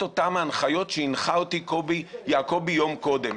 אותן ההנחיות שהנחה אותי קובי יעקובי יום קודם,